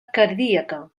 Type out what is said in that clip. cardíaca